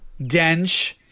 Dench